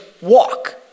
walk